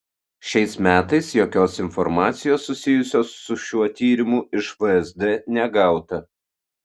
šiais metais jokios informacijos susijusios su šiuo tyrimu iš vsd negauta